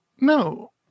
No